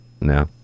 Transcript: No